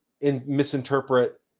misinterpret